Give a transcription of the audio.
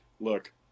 Look